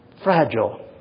fragile